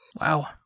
Wow